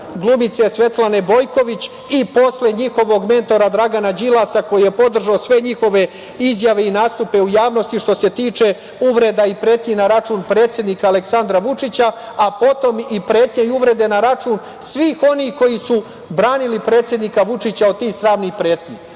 glumice Svetlane Bojković i posle njihovog mentora Dragana Đilasa, koji je podržao sve njihove izjave i nastupe u javnosti, što se tiče uvreda i pretnji na račun predsednika Aleksandra Vučića, a potom i pretnji i uvreda na račun svih onih koji su branili predsednika Vučića od tih sramnih pretnji.